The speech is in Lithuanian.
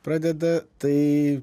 pradeda tai